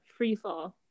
Freefall